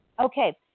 Okay